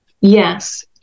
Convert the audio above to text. Yes